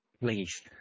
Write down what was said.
please